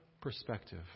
perspective